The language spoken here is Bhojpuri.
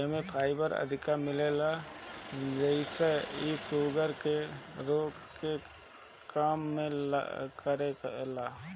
एमे फाइबर अधिका मिलेला जेसे इ शुगर के रोके में काम करेला